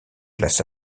places